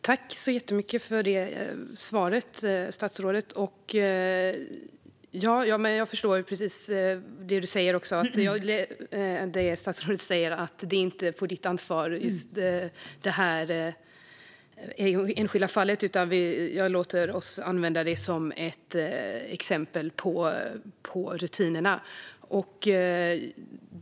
Fru talman! Tack så mycket för svaret, statsrådet! Jag förstår precis att, som statsrådet säger, detta enskilda fall inte är statsrådets ansvar, utan jag använder det som ett exempel på rutinerna.